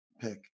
pick